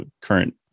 current